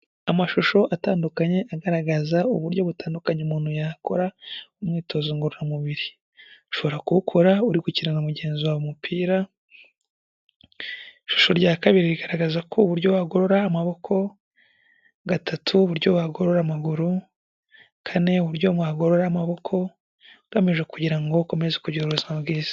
Amashusho atandukanye agaragaza uburyo butandukanye umuntu yakora umwitozo ngororamubiri. Ushobora kuwukora uri gukina na mugenzi wawe umupira, ishusho rya kabiri rigaragaza uburyo wagorora amaboko, gatatu uburyo wagorora amaguru, kane uburyo wagorora amaboko ugamije, kugira ngo ukomeze kugira ubuzima bwiza.